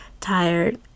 tired